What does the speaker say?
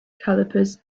calipers